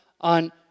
on